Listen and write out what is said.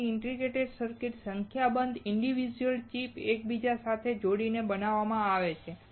તેથી integrated circuit સંખ્યાબંધ individual chips ને એકબીજા સાથે જોડીને બનાવવામાં આવે છે